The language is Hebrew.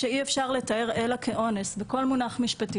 שאי-אפשר לתאר אלא כאונס בכל מונח משפטי,